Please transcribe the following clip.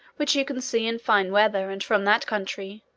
which you can see in fine weather, and from that country,